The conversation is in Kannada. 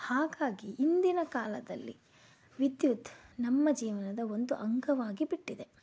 ಹಾಗಾಗಿ ಇಂದಿನ ಕಾಲದಲ್ಲಿ ವಿದ್ಯುತ್ ನಮ್ಮ ಜೀವನದ ಒಂದು ಅಂಗವಾಗಿ ಬಿಟ್ಟಿದೆ